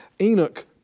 Enoch